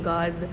God